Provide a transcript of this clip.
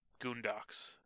goondocks